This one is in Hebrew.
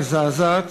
מזעזעת.